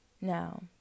Now